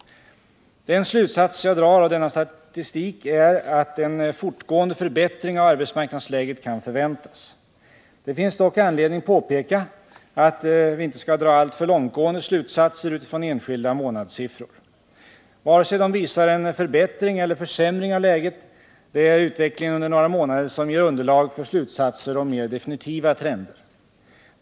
Den slutsats jag drar av denna statistik är att en fortgående förbättring av arbetsmarknadsläget kan förväntas. Det finns dock anledning påpeka att vi inte skall dra alltför långtgående slutsatser utifrån enskilda månadssiffror, vare sig de visar en förbättring eller en försämring av läget. Det är utvecklingen under några månader som ger underlag för slutsatser om mer definitiva trender.